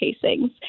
casings